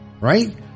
right